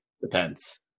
depends